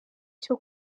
cyo